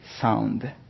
sound